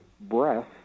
breath